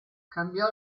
cambiò